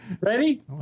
Ready